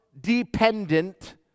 dependent